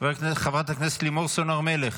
חברת הכנסת דבי ביטון,